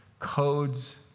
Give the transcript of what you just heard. codes